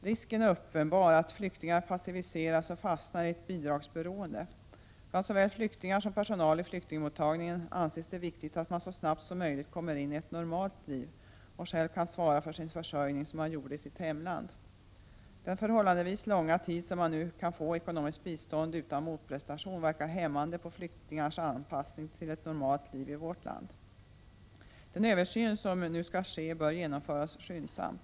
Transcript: Risken är uppenbar att flyktingar passiviseras och fastnar i ett bidragsberoende. Bland såväl flyktingar som personal i flyktingmottagningen anses det viktigt att flyktingen så snart som möjligt kommer in i ett ”normalt” liv och själv kan svara för sin försörjning, som han gjorde i sitt hemland. Den förhållandevis långa tid som flyktingen nu kan få ekonomiskt bistånd utan motprestationer verkar hämmande på dennes anpassning till ett normalt liv i vårt land. Den översyn som nu skall ske bör genomföras skyndsamt.